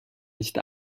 nicht